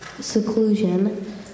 seclusion